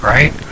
Right